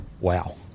Wow